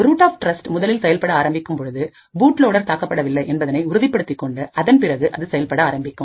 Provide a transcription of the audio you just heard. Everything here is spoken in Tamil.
ரூட் ஆப் டிரஸ்ட் முதலில் செயல்பட ஆரம்பிக்கும் பொழுது பூட்லோடேர் தாக்கப்படவில்லை என்பதை உறுதிப்படுத்திக்கொண்டு அதன்பிறகு அது செயல்பட ஆரம்பிக்கும்